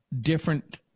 different